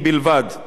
הראשון,